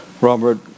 Robert